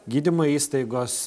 gydymo įstaigos